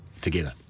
together